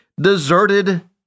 deserted